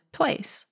twice